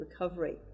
recovery